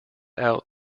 out